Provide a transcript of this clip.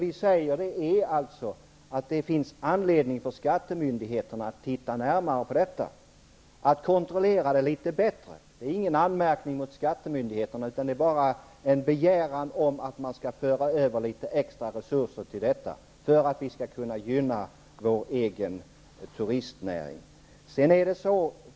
Vi anser att det finns anledning för skattemyndigheterna att titta närmare på detta och kontrollera det litet bättre. Det är ingen anmärkning mot skattemyndigheterna, utan det är bara en begäran om att man skall föra över litet extra resurser till detta för att vi skall kunna gynna vår egen turistnäring.